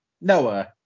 Noah